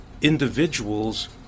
individuals